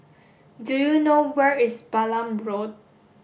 do you know where is Balam Road